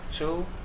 two